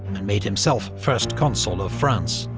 and made himself first consul of france.